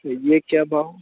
یہ کیا بھاؤ